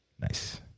Nice